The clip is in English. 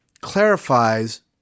clarifies